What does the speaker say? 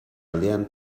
aldean